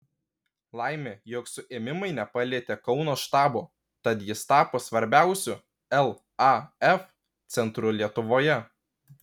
laimė jog suėmimai nepalietė kauno štabo tad jis tapo svarbiausiu laf centru lietuvoje